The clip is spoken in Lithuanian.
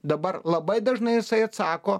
dabar labai dažnai jisai atsako